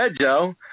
Joe –